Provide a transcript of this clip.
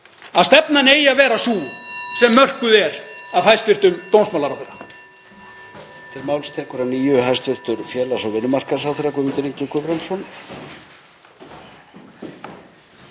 að stefnan eigi að vera sú sem mörkuð er af hæstv. dómsmálaráðherra?